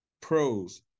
Pros